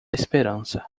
esperança